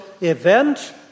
event